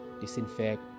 disinfect